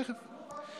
תכף.